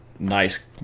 Nice